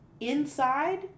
inside